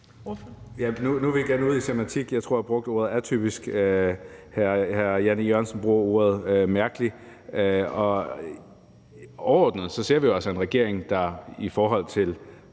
Nu er vi igen ude i semantik. Jeg tror, at jeg brugte ordet atypisk. Hr. Jan E. Jørgensen bruger ordet mærkelig. Overordnet ser vi jo altså en regering, der i mange